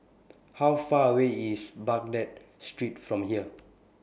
How Far away IS Baghdad Street from here